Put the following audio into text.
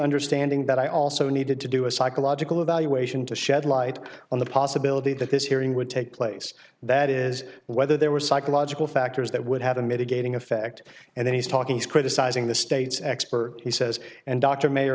understanding that i also needed to do a psychological evaluation to shed light on the possibility that this hearing would take place that is whether there were psychological factors that would have a mitigating effect and then he's talking he's criticizing the state's expert he says and dr